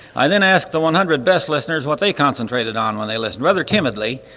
i then asked the one hundred best listeners what they concentrated on when they listened, rather timidly,